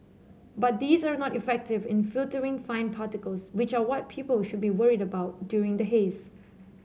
but these are not effective in filtering fine particles which are what people should be worried about during the haze